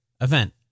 event